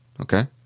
Okay